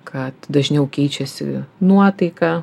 kad dažniau keičiasi nuotaika